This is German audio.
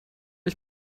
ich